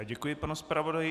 Děkuji panu zpravodaji.